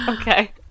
Okay